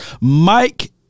Mike